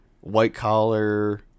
white-collar